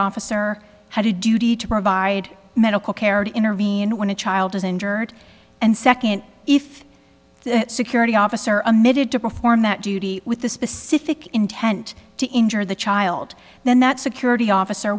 officer had to duty to provide medical care to intervene when a child is injured and second if the security officer amid had to perform that duty with the specific intent to injure the child then that security officer